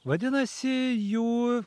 vadinasi jų